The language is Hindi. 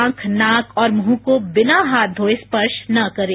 आंख नाक और मुंह को बिना हाथ धोये स्पर्श न करें